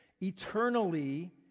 eternally